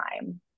time